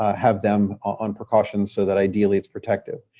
have them on precautions so that, ideally, it's protective.